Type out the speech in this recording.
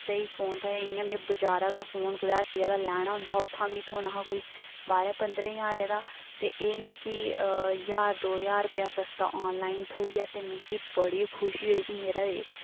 स्हेई फोन थ्होया इंया में कुदै बजारा दा फोन हट्टियै दा लैना होंदा ते उत्थुआं होना हा कोई बाहरें पंदरें ज्हारें दा ते एह् मिगी ज्हार दो ज्हार दा सस्ता थ्होइया ऑनलाइन मिगी बड़ी खुशी होई कि मेरा एह्